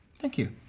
thank you.